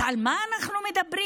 אז על מה אנחנו מדברים?